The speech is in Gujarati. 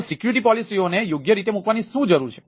તો સિક્યુરિટી પોલિસીઓને યોગ્ય રીતે મૂકવાની શું જરૂર છે